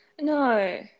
No